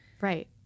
right